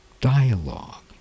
Dialogue